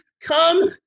come